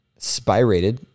spirated